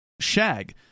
shag